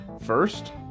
first